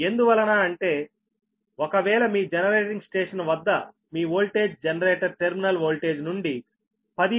ఎందువలన అంటే ఒక వేళ మీ జనరేటింగ్ స్టేషన్ వద్ద మీ వోల్టేజ్ జెనరేటర్ టెర్మినల్ వోల్టేజ్ నుండి 10